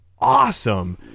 awesome